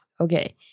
okay